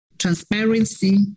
transparency